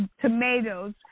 tomatoes